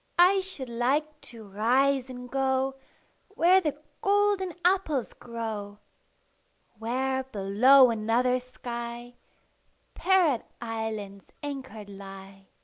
i should like to rise and go where the golden apples grow where below another sky parrot islands anchored lie,